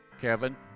Kevin